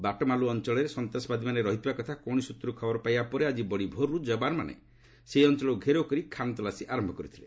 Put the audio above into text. ବାଟମାଲୁ ଅଞ୍ଚଳରେ ସନ୍ତାସବାଦୀମାନେ ରହିଥିବା କଥା କୌଣସି ସୂତ୍ରରୁ ଖବର ପାଇବା ପରେ ଆଜି ବଡି ଭୋର୍ରୁ ଯବାନମାନେ ସେହି ଅଞ୍ଚଳକୁ ଘେରାଉ କରି ଖାନତଲାସୀ ଆରମ୍ଭ କରିଥିଲେ